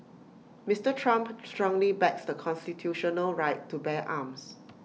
Mister Trump strongly backs the constitutional right to bear arms